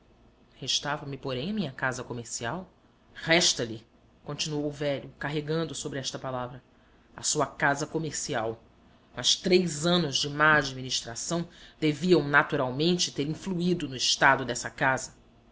jogos restava-me porém a minha casa comercial resta lhe continuou o velho carregando sobre esta palavra a sua casa comercial mas três anos de má administração deviam naturalmente ter influído no estado dessa casa